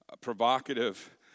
provocative